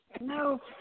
No